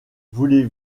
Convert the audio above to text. voulez